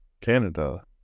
Canada